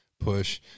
push